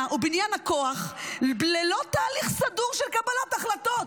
ובניין הכוח --- ללא תהליך סדור של קבלת החלטות".